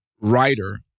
writer